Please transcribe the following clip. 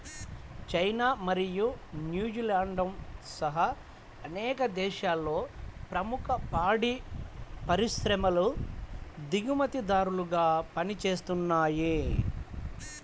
China మరియు న్యూజిలాండ్తో సహా అనేక దేశాలలో ప్రముఖ పాడి పరిశ్రమలు దిగుమతిదారులుగా పనిచేస్తున్నయ్